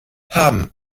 haben